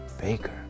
baker